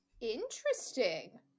Interesting